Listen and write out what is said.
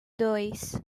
dois